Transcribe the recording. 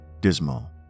dismal